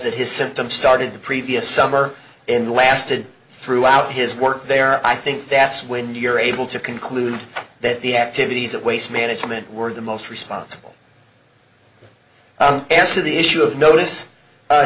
that his symptoms started the previous summer and lasted throughout his work there i think that's when you're able to conclude that the activities of waste management were the most responsible as to the issue of notice